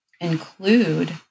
include